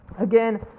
Again